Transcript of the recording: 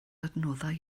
adnoddau